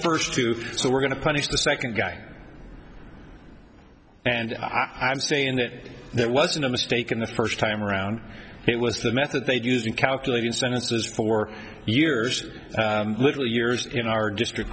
first tooth so we're going to punish the second guy and i'm saying that that wasn't a mistake and the first time around it was the method they'd use in calculating sentences for years literally years in our district